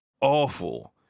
awful